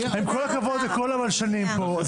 עם כל הכבוד לכל הבלשנים פה,